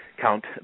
count